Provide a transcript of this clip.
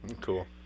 Cool